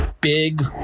big